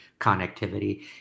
connectivity